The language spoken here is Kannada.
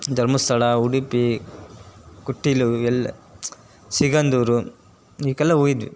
ಧರ್ಮಸ್ಥಳ ಉಡುಪಿ ಕಟೀಲು ಎಲ್ಲ ಸಿಗಂದೂರು ಇದಕ್ಕೆಲ್ಲ ಹೋಗಿದ್ವಿ